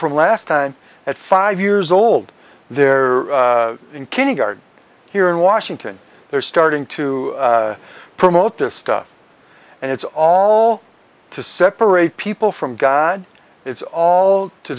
from last time at five years old they're in kindergarten here in washington they're starting to promote this stuff and it's all to separate people from god it's all to